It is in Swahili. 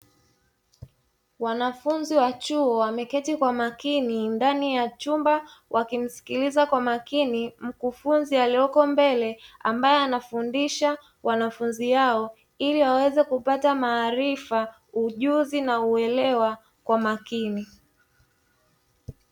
Wanafunzi wa chuo wameketi kwa makini ndani ya chumba. Wakimskiliza kwa makini mkufunzi alioko mbele ambae anafundisha wanafunzi hao, ili waweze kupata maarifa, ujuzi na uelewa kwa makini.